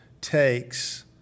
takes